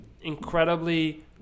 incredibly